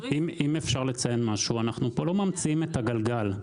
אנחנו לא ממציאים פה את הגלגל.